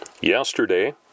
yesterday